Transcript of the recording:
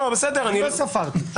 אני לא ספרתי.